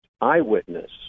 eyewitness